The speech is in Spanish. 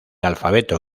alfabeto